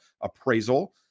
appraisal